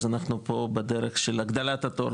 אז אנחנו פה בדרך של הגדלת התור,